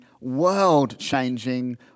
world-changing